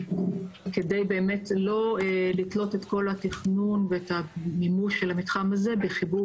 כדי באמת לא לתלות את כל התכנון ואת המימוש של המתחם הזה בחיבור